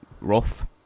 rough